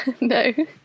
no